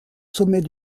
sommet